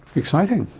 exciting.